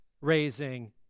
raising